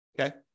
Okay